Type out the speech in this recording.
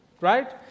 right